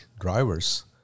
drivers